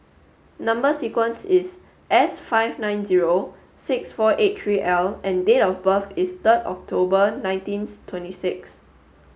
number sequence is S five nine zero six four eight three L and date of birth is third October nineteenth twenty six